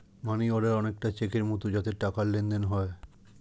মানি order অনেকটা চেকের মতো যাতে টাকার লেনদেন হয়